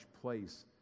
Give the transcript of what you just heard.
place